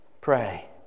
Pray